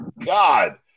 God